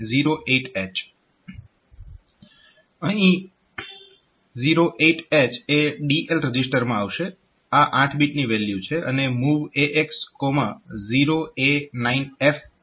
અહીં 08H એ DL રજીસ્ટરમાં આવશે આ 8 બીટની વેલ્યુ છે અને MOV AX 0A9F H